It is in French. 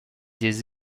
des